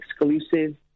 exclusive